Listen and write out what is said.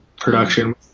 production